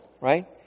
right